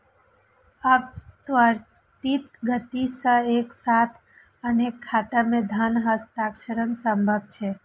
आब त्वरित गति सं एक साथ अनेक खाता मे धन हस्तांतरण संभव छै